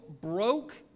broke